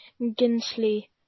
Ginsley